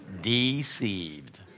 Deceived